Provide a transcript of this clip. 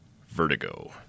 Vertigo